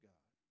God